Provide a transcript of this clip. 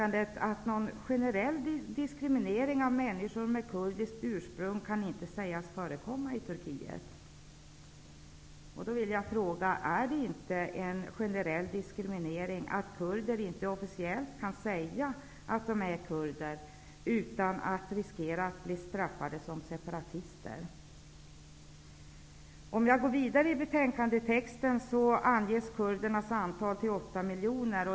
''Någon generell diskriminering av människor med kurdiskt ursprung kan inte sägas förekomma i Är det inte en generell diskriminering att kurder inte officiellt kan säga att de är kurder utan att riskera att bli straffade som separatister? Kurdernas antal anges i betänkandetexten till åtta miljoner.